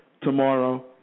tomorrow